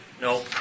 No